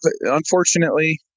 Unfortunately